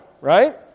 right